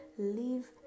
Leave